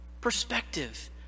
Perspective